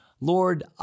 Lord